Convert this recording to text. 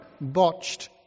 botched